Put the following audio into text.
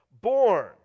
born